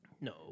No